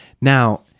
Now